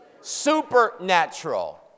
supernatural